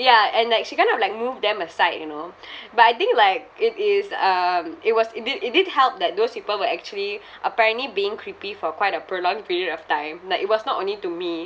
ya and like she kind of like move them aside you know but I think like it is um it was it did it did help that those people were actually apparently being creepy for quite a prolonged period of time no it was not only to me